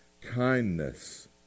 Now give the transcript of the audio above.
kindness